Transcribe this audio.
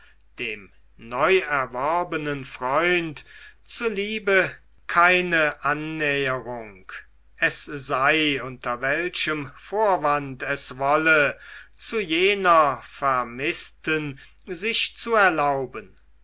dem neuerworbenen freund zuliebe keine annäherung es sei unter welchem vorwand es wolle zu jener vermißten sich zu erlauben